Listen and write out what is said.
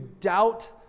doubt